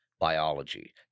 biology